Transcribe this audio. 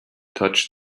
touched